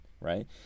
Right